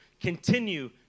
continue